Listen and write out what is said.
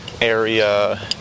area